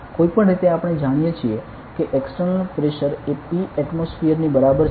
કોઈપણ રીતે આપણે જાણીએ છીએ કે એક્સટર્નલ પ્રેશર એ P એટમોસ્ફિયર ની બરાબર છે